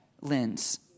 lens